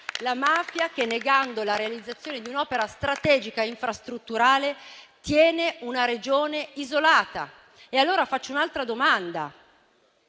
la mafia che, negando la realizzazione di un'opera strategica infrastrutturale, tiene una Regione isolata. Faccio allora un'altra domanda: